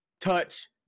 touch